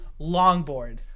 longboard